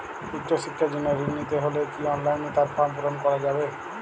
উচ্চশিক্ষার জন্য ঋণ নিতে হলে কি অনলাইনে তার ফর্ম পূরণ করা যাবে?